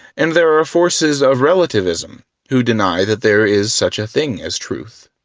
and there are forces of relativism who deny that there is such a thing as truth.